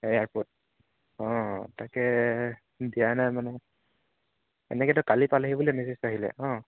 airport অঁ তাকে দিয়া নাই মানে এনেকেতো কালি আহিব বুলি মেচিজ আহিলে অঁ